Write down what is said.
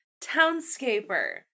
Townscaper